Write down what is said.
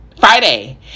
Friday